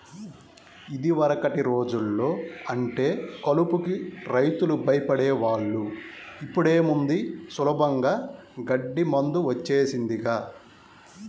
యిదివరకటి రోజుల్లో అంటే కలుపుకి రైతులు భయపడే వాళ్ళు, ఇప్పుడేముంది సులభంగా గడ్డి మందు వచ్చేసిందిగా